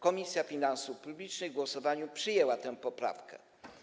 Komisja Finansów Publicznych w głosowaniu przyjęła tę poprawkę.